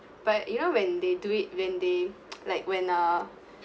but you know when they do it when they like when uh